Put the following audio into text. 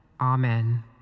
Amen